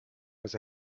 was